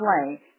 play